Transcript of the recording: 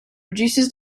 reduces